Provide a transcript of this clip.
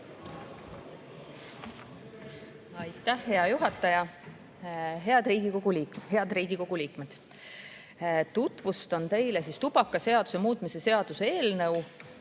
Hea juhataja! Head Riigikogu liikmed! Tutvustan teile tubakaseaduse muutmise seaduse eelnõu,